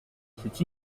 c’est